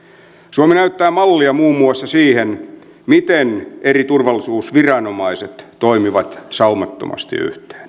suomi näyttää mallia muun muassa siinä miten eri turvallisuusviranomaiset toimivat saumattomasti yhteen